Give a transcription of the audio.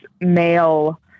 male